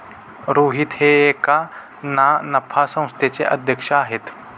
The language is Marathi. रोहित हे एका ना नफा संस्थेचे अध्यक्ष आहेत